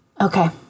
Okay